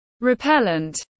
repellent